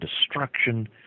destruction—